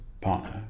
partner